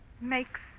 Makes